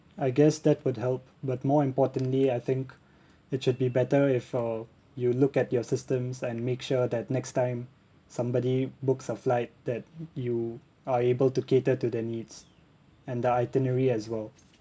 I guess that would help but more importantly I think it should be better if uh you look at your systems and make sure that next time somebody books a flight that you are able to cater to their needs and the itinerary as well